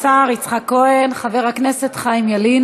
לא יעלה על הדעת שאדם אחד יחזיק עשר דירות וזוג צעיר לא תהיה לו דירה,